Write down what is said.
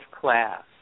class